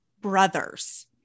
brothers